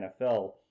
NFL